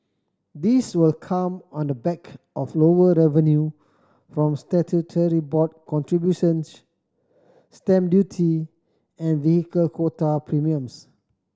this will come on the back of lower revenue from statutory board contributions stamp duty and vehicle quota premiums